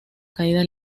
caída